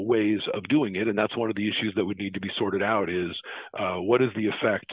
ways of doing it and that's one of the issues that would need to be sorted out is what is the effect